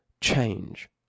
change